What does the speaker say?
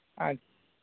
ᱟᱪᱪᱷᱟ